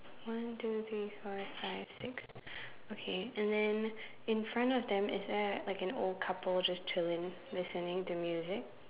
one two three four five six okay and then in front of them is there like an old couple just chilling listening to music